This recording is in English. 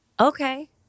Okay